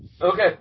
Okay